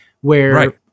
where-